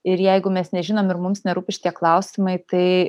ir jeigu mes nežinom ir mums nerūpi šitie klausimai tai